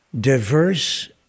diverse